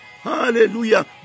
Hallelujah